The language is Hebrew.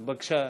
בבקשה.